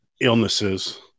illnesses